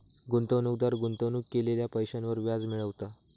गुंतवणूकदार गुंतवणूक केलेल्या पैशांवर व्याज मिळवता